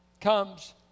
comes